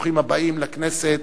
ברוכים הבאים לכנסת.